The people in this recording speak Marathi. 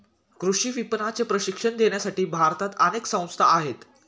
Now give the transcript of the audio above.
कृषी विपणनाचे प्रशिक्षण देण्यासाठी भारतात अनेक संस्था आहेत